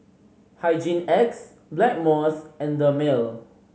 Hygin X Blackmores and Dermale